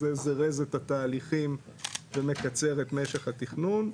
זה זירז את התהליכים ומקצר את משך התכנון.